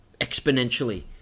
exponentially